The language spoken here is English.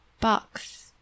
box